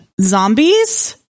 zombies